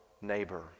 neighbor